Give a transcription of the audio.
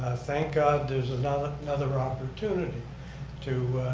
ah thank god there's another another opportunity to